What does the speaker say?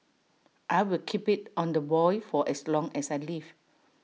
I'll keep IT on the boil for as long as I live